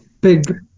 Big